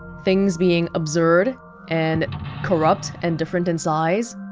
things being absurd and corrupt and different in size